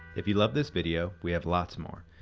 if you love this video we have lots more.